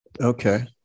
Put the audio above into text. Okay